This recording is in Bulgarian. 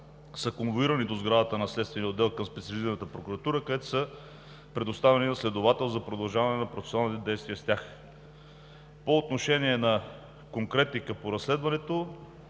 са конвоирани до сградата на Следствения отдел към Специализираната прокуратура, където са предоставени на следовател за продължаване на процесуалните действия с тях. По отношение на конкретика по разследването,